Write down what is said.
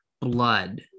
blood